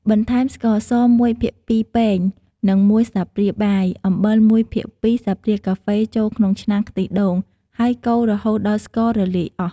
បន្ថែមស្ករស ១ភាគ២ ពែង និង ១ ស្លាបព្រាបាយ អំបិល ១ភាគ២ ស្លាបព្រាកាហ្វេ ចូលក្នុងឆ្នាំងខ្ទិះដូង ហើយកូររហូតដល់ស្កររលាយអស់។